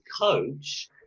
coach